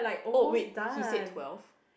oh wait he said twelve